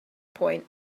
point